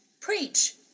preach